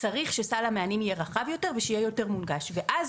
צריך שסל המענים יהיה רחב יותר ושיהיה יותר מונגש ואז,